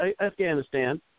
Afghanistan